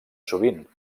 sovint